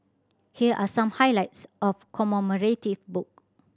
here are some highlights of commemorative book